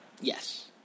Yes